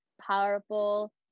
powerful